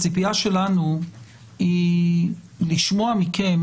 הציפייה שלנו היא לשמוע מכם